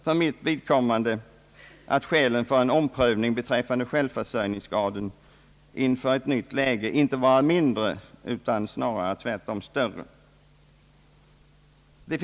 För mitt vidkommande finner jag skälen för en omprövning beträffande självförsörjningsgraden inte vara mindre utan snarare tvärtom större.